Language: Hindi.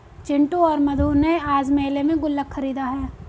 चिंटू और मधु ने आज मेले में गुल्लक खरीदा है